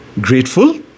Grateful